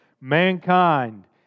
Mankind